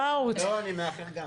לא, אני מאחר גם.